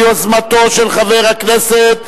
התשע"א 2010,